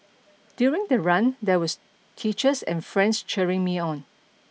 during the run there was teachers and friends cheering me on